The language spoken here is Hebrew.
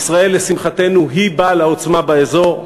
ולשמחתנו ישראל היא בעל העוצמה באזור,